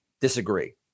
disagree